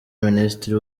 minisitiri